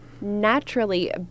Naturally